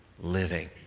living